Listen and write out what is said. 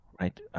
right